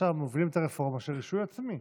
עכשיו מובילים את הרפורמה של רישוי עצמי.